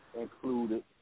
included